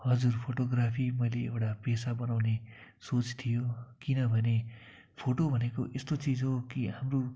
हजुर फोटोग्राफी मैले एउटा पेसा बनाउने सोच थियो किनभने फोटो भनेको यस्तो चिज हो कि हाम्रो